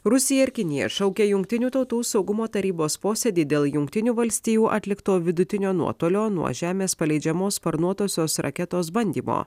rusija ir kinija šaukia jungtinių tautų saugumo tarybos posėdį dėl jungtinių valstijų atlikto vidutinio nuotolio nuo žemės paleidžiamos sparnuotosios raketos bandymo